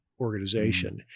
organization